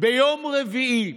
ביום רביעי,